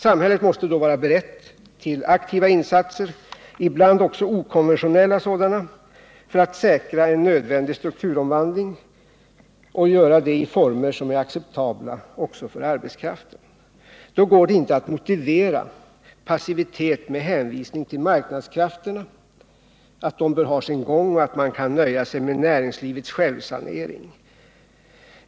Samhället måste då vara berett till aktiva insatser, ibland också okonventionella sådana, för att säkra en nödvändig strukturomvandling och göra det i former som är acceptabla också för arbetskraften. Då går det inte att motivera passivitet med hänvisning till att marknadskrafterna bör ha sin gång och att man kan nöja sig med näringslivets självsanering.